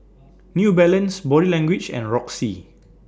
New Balance Body Language and Roxy